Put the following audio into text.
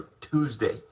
tuesday